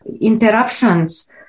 interruptions